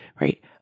right